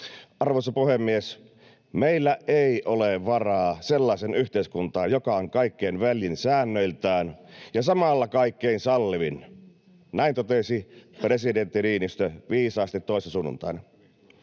Arvoisa puhemies! ”Meillä ei ole varaa sellaiseen yhteiskuntaan, joka on kaikkein väljin säännöiltään ja samalla kaikkein sallivin.” Näin totesi presidentti Niinistö viisaasti toissa sunnuntaina.